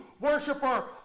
worshiper